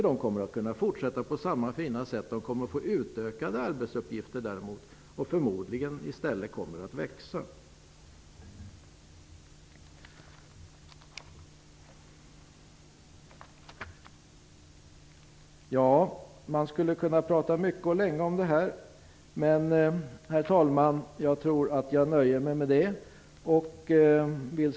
De kommer att kunna fortsätta på samma fina sätt, och de kommer att få utökade arbetsuppgifter. Förmodligen kommer personalstyrkan att växa. Man skulle kunna tala mycket och länge om detta, men jag tror att jag nöjer mig med detta, herr talman.